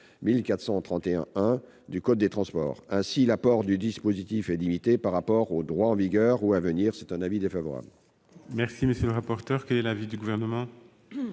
1431-1 du code des transports. Ainsi, l'apport du dispositif est limité par rapport au droit en vigueur ou à venir. L'avis est défavorable.